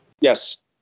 yes